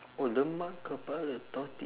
oh lemak kepala tortoi~